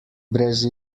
brez